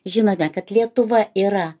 žinote kad lietuva yra